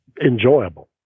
enjoyable